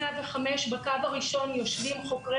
בקו הראשון של מוקד 105 יושבים חוקרי